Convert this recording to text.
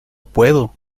puedo